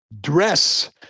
dress